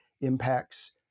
impacts